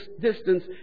distance